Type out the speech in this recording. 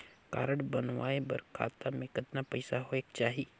Card बनवाय बर खाता मे कतना पईसा होएक चाही?